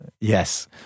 Yes